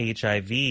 HIV